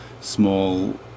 small